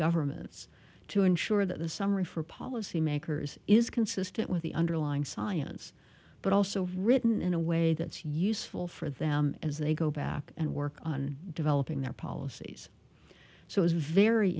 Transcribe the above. governments to ensure that the summary for policymakers is consistent with the underlying science but also written in a way that's useful for them as they go back and work on developing their policies so it's a very